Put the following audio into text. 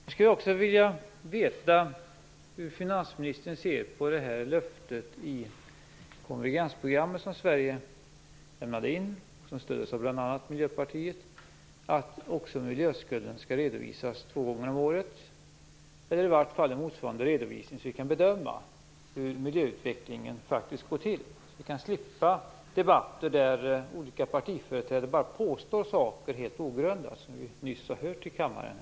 Jag skulle också vilja veta hur finansministern ser på löftet i det konvergensprogram som Sverige lämnade in och som stöds av bl.a. Miljöpartiet, att också miljöskulden skall redovisas två gånger om året eller på motsvarande sätt, så att vi kan bedöma hur miljöutvecklingen faktiskt går till. På det sättet kan vi slippa debatter där olika partiföreträdare bara påstår saker helt ogrundat, som vi nyss har hört i kammaren.